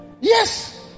Yes